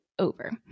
over